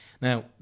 Now